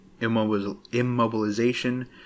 immobilization